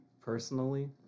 personally